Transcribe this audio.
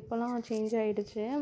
இப்போல்லாம் சேஞ்சாகிடுச்சி